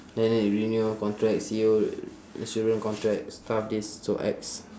then you need renew contract C_O insurance contract stuff this so ex